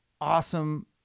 awesome